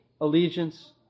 allegiance